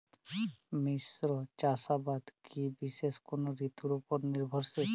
মিশ্র চাষাবাদ কি বিশেষ কোনো ঋতুর ওপর নির্ভরশীল?